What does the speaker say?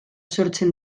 sortzen